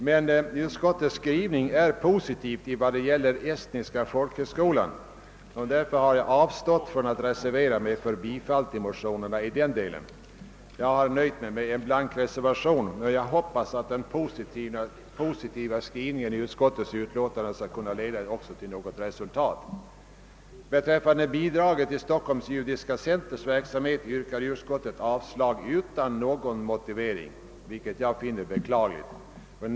Men utskottets skrivning är positiv när det gäller den estniska folkhögskolan. Därför har jag avstått från att reservera mig för bifall till motionerna. Jag har nöjt mig med en blank reservation och jag hoppas att den positiva skrivningen i utskottets utlåtande också skall kunna leda till resultat. Beträffande bidraget till Stockholms Judiska Centers verksamhet yrkar utskottet avslag utan någon motivering, vilket jag finner beklagligt.